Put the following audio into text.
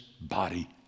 body